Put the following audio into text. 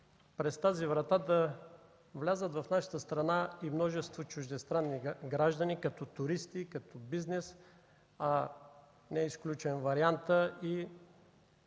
през тази врата да влязат в нашата страна множество чуждестранни граждани като туристи, за бизнес, не е изключен и вариантът